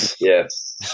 yes